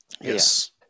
Yes